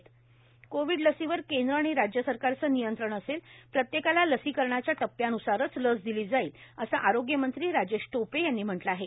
Rajesh Tope covid लसीवर केंद्र आणि राज्य सरकारचं नियंत्रण असेल प्रत्येकाला लसीकरणाच्या टप्यान्सारच लस दिली जाईल असं आरोग्यमंत्री राजेश टोपे यांनी म्हटलं आहे